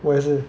我也是